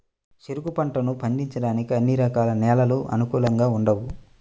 చెరుకు పంటను పండించడానికి అన్ని రకాల నేలలు అనుకూలంగా ఉండవు